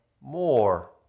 more